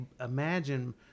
imagine